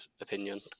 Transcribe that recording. opinion